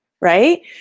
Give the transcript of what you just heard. right